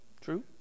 True